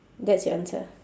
that's your answer